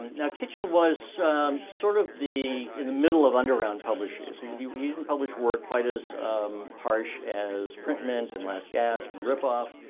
now kitchen was sort of the in the middle of underground publishers. he but he didn't publish work quite as harsh as print mint and last gasp and rip off.